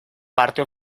parte